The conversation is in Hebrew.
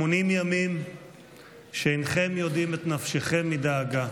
80 ימים שאינכם יודעים את נפשכם מדאגה,